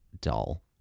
dull